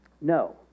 No